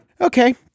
Okay